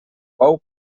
bou